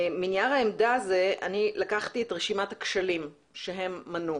מנייר העמדה לקחתי את רשימת הכשלים שהם מנו.